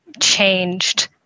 changed